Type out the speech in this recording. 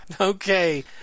Okay